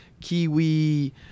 Kiwi